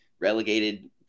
relegated